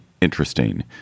interesting